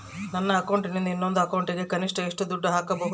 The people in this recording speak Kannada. ನನ್ನ ಅಕೌಂಟಿಂದ ಇನ್ನೊಂದು ಅಕೌಂಟಿಗೆ ಕನಿಷ್ಟ ಎಷ್ಟು ದುಡ್ಡು ಹಾಕಬಹುದು?